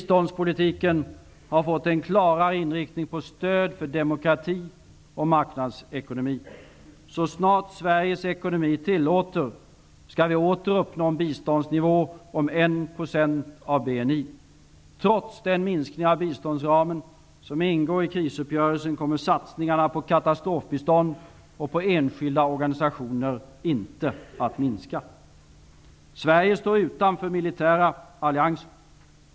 Biståndspolitiken har fått en klarare inriktning på stöd för demokrati och marknadsekonomi. Så snart Sveriges ekonomi tillåter skall vi åter uppnå en biståndsnivå om 1 % av BNI. Trots den minskning av biståndsramen som ingår i krisuppgörelsen kommer satsningarna på katastrofbistånd och på enskilda organisationer inte att minska. Sverige står utanför militära allianser.